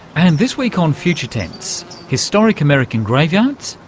and this week on future tense historic american graveyards,